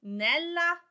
nella